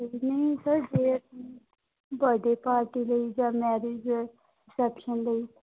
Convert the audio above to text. ਨਹੀਂ ਸਰ ਜੇ birthday party ਲਈ ਜਾਂ ਮੈਰਿਜ ਰਿਸ਼ੈਪਸ਼ਨ ਲਈ